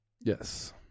Yes